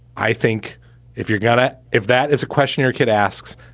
i think if you're gonna if that is a question your kid asks,